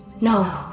No